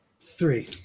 Three